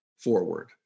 Forward